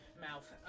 mouth